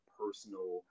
personal